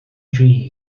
dri